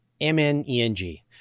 M-N-E-N-G